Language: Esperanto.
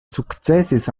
sukcesis